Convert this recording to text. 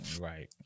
Right